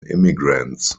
immigrants